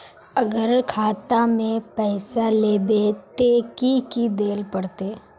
अगर खाता में पैसा लेबे ते की की देल पड़ते?